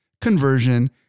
conversion